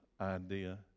idea